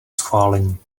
schválení